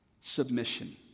submission